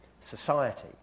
society